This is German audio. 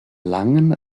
langen